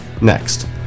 next